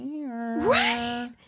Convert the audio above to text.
Right